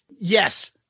yes